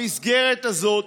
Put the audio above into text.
המסגרת הזאת,